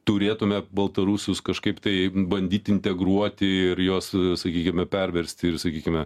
turėtume baltarusius kažkaip tai bandyt integruoti ir juos sakykime perversti ir sakykime